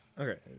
Okay